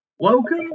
Welcome